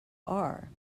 are